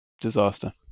disaster